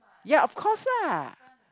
ya of course lah